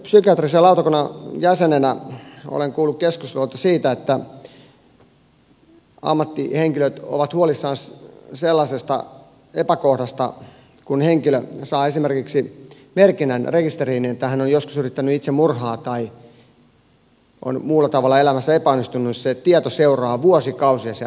hyksin psykiatrisen lautakunnan jäsenenä olen kuullut että ammattihenkilöt ovat huolissaan sellaisesta epäkohdasta että kun henkilö saa esimerkiksi merkinnän rekisteriin että hän on joskus yrittänyt itsemurhaa tai on muulla tavalla elämässä epäonnistunut se tieto seuraa vuosikausia siellä rekisterissä